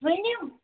ؤنِو